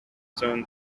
zoned